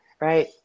right